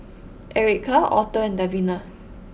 Ericka Authur and Davina